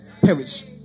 perish